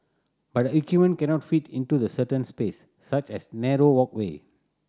but the equipment cannot fit into the certain space such as narrow walkway